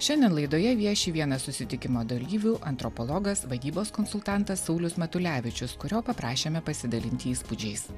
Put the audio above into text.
šiandien laidoje vieši vienas susitikimo dalyvių antropologas vadybos konsultantas saulius matulevičius kurio paprašėme pasidalinti įspūdžiais